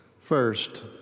First